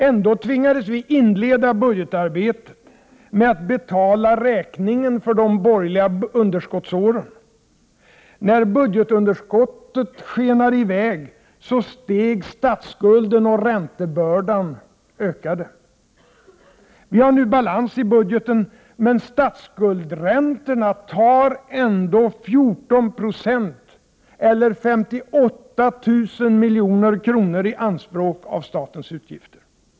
Ändå tvingades vi att inleda budgetarbetet med att betala räkningen för de borgerliga underskottsåren. När budgetunderskottet skenade i väg steg statsskulden och räntebördan ökade. Vi har nu balans i budgeten, men statsskuldräntorna tar ändå 14 96, eller 58 000 milj.kr., i anspråk av statens utgifter.